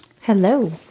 Hello